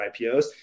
IPOs